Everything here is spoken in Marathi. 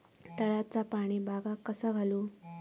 तळ्याचा पाणी बागाक कसा घालू?